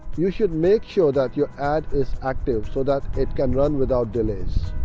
you should make sure that your ad is active, so that it can run without delays.